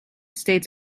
states